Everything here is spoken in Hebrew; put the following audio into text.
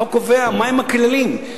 החוק קובע מהם הכללים,